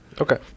Okay